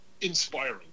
inspiring